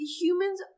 humans